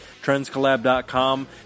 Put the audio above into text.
TrendsCollab.com